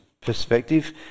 perspective